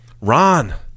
Ron